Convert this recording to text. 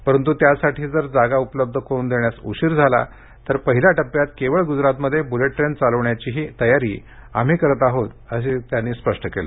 परंतु त्यासाठी जर जागा उपलब्ध करून देण्यास उशीर झाला तर पहिल्या टप्प्यात फक्त गुजरातमध्ये बुलेट ट्रेन चालवण्याचीही तयारी आम्ही करत आहोत असंही त्यांनी स्पष्ट केलं